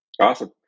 Awesome